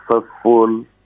successful